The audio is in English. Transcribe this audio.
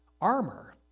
armor